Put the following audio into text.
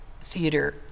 theater